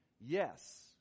yes